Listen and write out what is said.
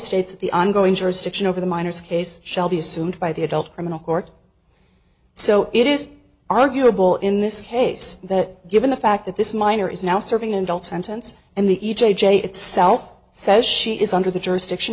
states the ongoing jurisdiction over the minors case shall be assumed by the adult criminal court so it is arguable in this case that given the fact that this minor is now serving in dull time tense and the e j j itself says she is under the jurisdiction